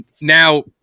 Now